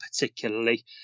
particularly